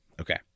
Okay